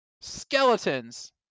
skeletons